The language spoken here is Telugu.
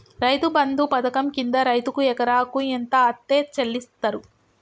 రైతు బంధు పథకం కింద రైతుకు ఎకరాకు ఎంత అత్తే చెల్లిస్తరు?